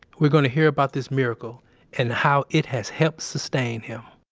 we're going to hear about this miracle and how it has helped sustain him